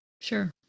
sure